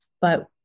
But-